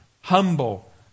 humble